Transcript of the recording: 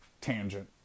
tangent